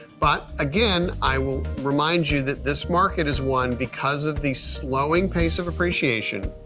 but again i will remind you that this market is one, because of the slowing pace of appreciation,